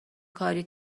کاری